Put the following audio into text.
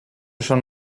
schon